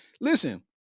Listen